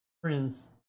friends